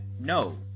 No